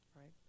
right